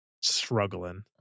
struggling